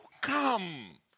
come